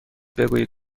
بگویید